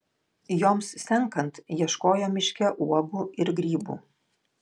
joms senkant ieškojo miške uogų ir grybų